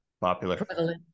popular